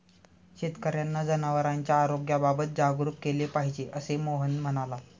शेतकर्यांना जनावरांच्या आरोग्याबाबत जागरूक केले पाहिजे, असे मोहन म्हणाला